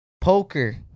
poker